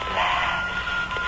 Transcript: last